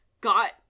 got-